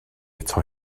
eto